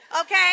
Okay